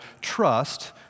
Trust